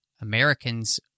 Americans